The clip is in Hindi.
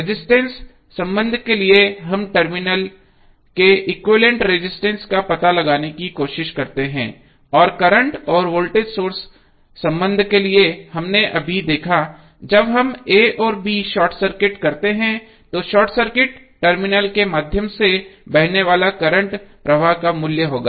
रजिस्टेंस संबंध के लिए हम टर्मिनल के एक्विवैलेन्ट रजिस्टेंस का पता लगाने की कोशिश करते हैं और करंट और वोल्टेज सोर्स संबंध के लिए हमने अभी देखा जब हम a और b शॉर्ट सर्किट करते हैं तो शॉर्ट सर्किट टर्मिनल के माध्यम से बहने वाले करंट प्रवाह का मूल्य क्या होगा